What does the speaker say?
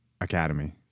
academy